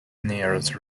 nearest